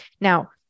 Now